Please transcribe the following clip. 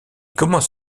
commence